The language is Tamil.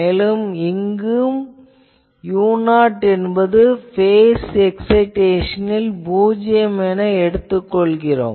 மேலும் இங்கும் u0 என்பது பேஸ் எக்சைடேசனில் பூஜ்யம் என எடுத்துக் கொள்கிறோம்